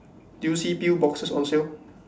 did you see pill boxes on sale